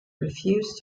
refuse